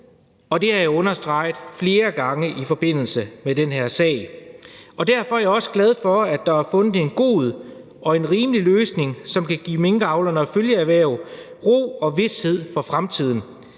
det har jeg understreget flere gange i forbindelse med den her sag. Derfor er jeg også glad for, at der er fundet en god og en rimelig løsning, som kan give minkavlerne og følgeerhverv ro og vished for fremtiden.